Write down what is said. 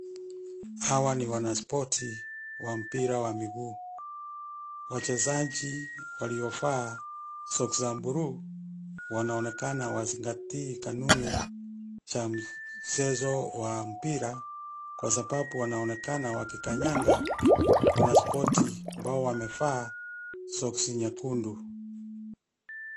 Hawa ni wanaspoti wa mpira wa miguu. Wachezaji waliovaa soksi za bluu wanaonekana hawazingatii kanuni cha mchezo wa mpira kwa sababu wanaonekana wakikanyanga wanaspoti ambao wamevaa soksi nyekundu.